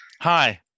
hi